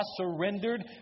surrendered